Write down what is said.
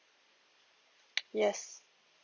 yes